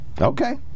Okay